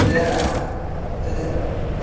Kerala Chhattisgarh